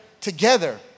together